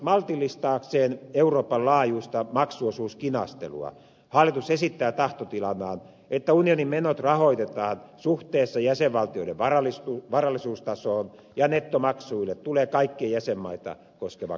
maltillistaakseen euroopan laajuista maksuosuuskinastelua hallitus esittää tahtotilanaan että unionin menot rahoitetaan suhteessa jäsenvaltioiden varallisuustasoon ja nettomaksuille tulee kaikkia jäsenmaita koskeva katto